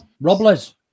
Robles